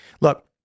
Look